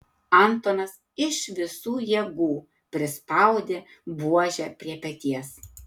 antonas iš visų jėgų prispaudė buožę prie peties